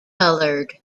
coloured